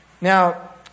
Now